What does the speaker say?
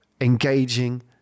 engaging